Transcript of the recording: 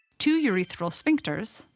two urethral sphincters,